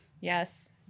Yes